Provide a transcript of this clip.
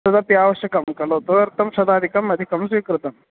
तदपि आवश्यकं कलु तदार्थं शतादिकम् अधिकं स्वीकृतं